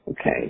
okay